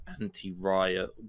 anti-riot